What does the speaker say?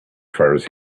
fires